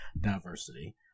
diversity